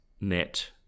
net